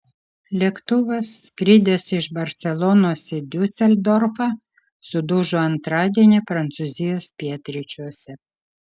lėktuvas skridęs iš barselonos į diuseldorfą sudužo antradienį prancūzijos pietryčiuose